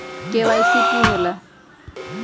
KYC का होला?